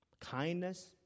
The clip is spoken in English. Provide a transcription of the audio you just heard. kindness